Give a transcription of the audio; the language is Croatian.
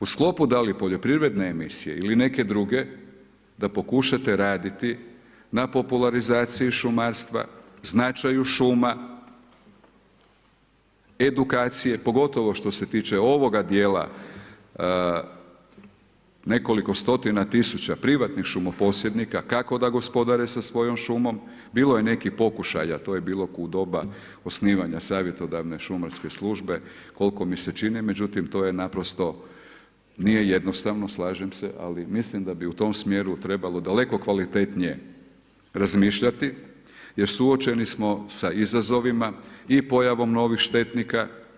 U sklopu da li poljoprivredne emisije ili neke druge da pokušate raditi na popularizaciji šumarstva, značaju šuma, edukacije, pogotovo što se tiče ovoga dijela nekoliko stotina tisuća privatnih šumoposjednika kako da gospodare sa svojom šumom, bilo je nekih pokušaja, to je bilo u doba osnivanja Savjetodavne šumarske službe koliko mi se čini, međutim to nije jednostavno slažem se, ali mislim da bi u tom smjeru trebalo daleko kvalitetnije razmišljati jer suočeni smo sa izazovima i pojavom novih štetnika.